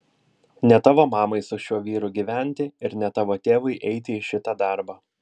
ne tavo mamai su šiuo vyru gyventi ir ne tavo tėvui eiti į šitą darbą